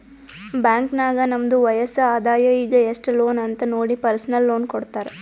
bank ನಾಗ್ ನಮ್ದು ವಯಸ್ಸ್, ಆದಾಯ ಈಗ ಎಸ್ಟ್ ಲೋನ್ ಅಂತ್ ನೋಡಿ ಪರ್ಸನಲ್ ಲೋನ್ ಕೊಡ್ತಾರ್